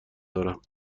دارم